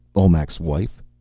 olmec's wife?